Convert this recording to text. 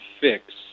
fix